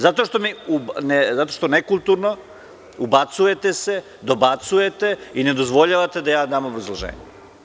Zato što nekulturno, ubacujete se, dobacujete i ne dozvoljavate da ja dam obrazloženje.